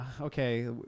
Okay